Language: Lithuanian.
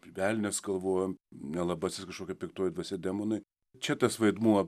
velnias galvojom nelabasis kažkokia piktoji dvasia demonai čia tas vaidmuo